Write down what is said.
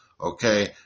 okay